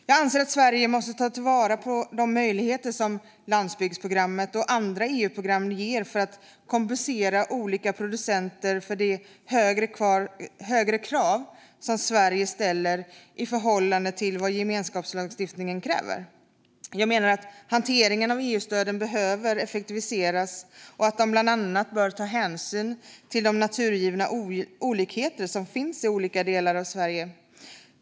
Jag anser att Sverige måste ta vara på de möjligheter som landsbygdsprogrammet och andra EU-program ger för att kompensera olika producenter för de högre krav som Sverige ställer i förhållande till vad gemenskapslagstiftningen kräver. Jag menar att hanteringen av EU-stöden behöver effektiviseras och att de bland annat bör ta hänsyn till de naturgivna olikheter som finns i olika delar av Sverige.